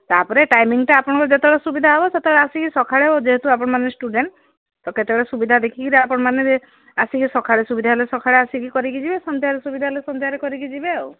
ତାପରେ ଟାଇମ୍ଟା ଆପଣଙ୍କ ଯେତେବେଳେ ସୁବିଧା ହେବ ସେତେବେଳେ ଆସିକି ସଖାଳେ ହେଉ ଯେହେତୁ ଆପଣାନେ ଷ୍ଟୁଡେଣ୍ଟ ତ କେତେବେଳେ ସୁବିଧା ଦେଖିକିରି ଆପଣ ମାନେ ଆସିକି ସଖାଳେ ସୁବିଧା ହେଲେ ସଖାଳେ ଆସିକି କରିକି ଯିବେ ସନ୍ଧ୍ୟାରେ ସୁବିଧା ହେଲେ ସନ୍ଧ୍ୟାରେ କରିକିି ଯିବେ ଆଉ